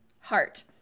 heart